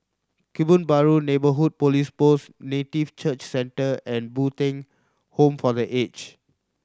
Kebun Baru Neighbourhood Police Post Native Church Centre and Bo Tien Home for The Aged